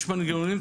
יש מנגנונים.